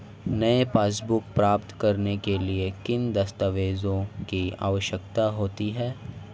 नई पासबुक प्राप्त करने के लिए किन दस्तावेज़ों की आवश्यकता होती है?